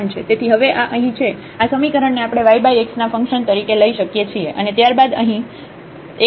તેથી હવે આ અહીં છે આ સમીકરણ ને આપણે yx ના ફંક્શન તરીકે લઇ શકીએ છીએ અને ત્યારબાદ અહીં x 12 છે